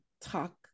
talk